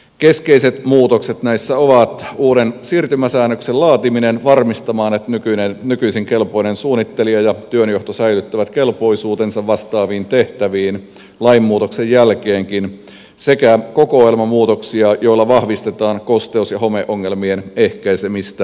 keskeiset muutokset näissä ovat uuden siirtymäsäännöksen laatiminen varmistamaan että nykyisin kelpoinen suunnittelija ja työnjohto säilyttävät kelpoisuutensa vastaaviin tehtäviin lainmuutoksen jälkeenkin sekä kokoelma muutoksia joilla vahvistetaan kosteus ja homeongelmien ehkäisemistä rakentamisessa